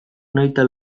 nahita